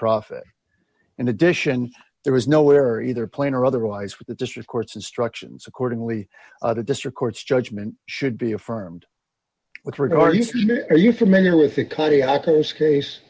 profit in addition there was no where either plan or otherwise with the district court's instructions accordingly the district court's judgment should be affirmed with regard to you familiar with